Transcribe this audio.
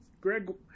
Greg